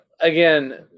again